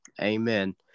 amen